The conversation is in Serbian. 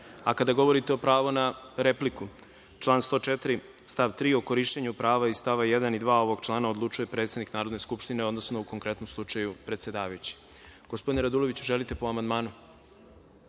govorite o pravu na repliku, član 104. stav 3, o korišćenju prava iz st. 1. i 2. ovog člana odlučuje predsednik Narodne skupštine, odnosno, u konkretnom slučaju, predsedavajući. Gospodine Raduloviću, želite li reč po amandmanu?